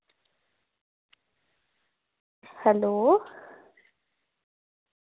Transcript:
hello